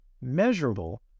measurable